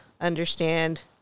understand